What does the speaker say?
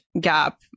gap